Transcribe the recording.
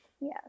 yes